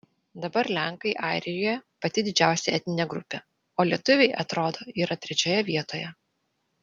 dabar lenkai airijoje pati didžiausia etninė grupė o lietuviai atrodo yra trečioje vietoje